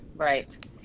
Right